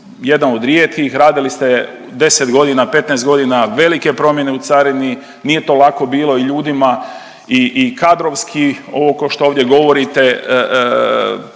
jedna od rijetkih radili ste 10 godina, 15 godina, velike promjene u carini, nije to lako bilo i ljudima i kadrovski ovo kao što ovdje govorite